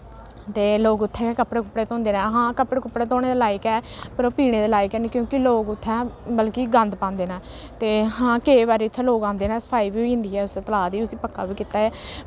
ते लोक उत्थै गै कपड़े कुपड़े धोंदे न हां कपड़े कुपड़े धोने दे लायक ऐ पर ओह् पीने दे लायक हैन्नी क्योंकि लोक उत्थै मतलब कि गंद पांदे न ते हां केईं बारी उत्थै औंदे न सफाई बी होई जंदी ऐ उस तलाऽ दी उस्सी पक्का बी कीता ऐ